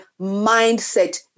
mindset